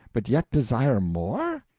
but yet desire more?